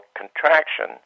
contraction